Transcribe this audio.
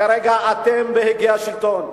כרגע אתם בהגה השלטון.